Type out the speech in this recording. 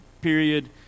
period